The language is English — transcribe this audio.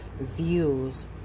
views